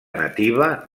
nativa